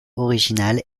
originale